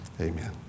amen